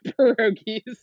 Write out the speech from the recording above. pierogies